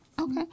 okay